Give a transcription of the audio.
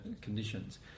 conditions